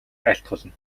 айлтгуулна